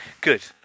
Good